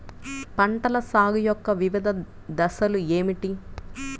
పంటల సాగు యొక్క వివిధ దశలు ఏమిటి?